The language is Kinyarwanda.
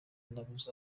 nabuze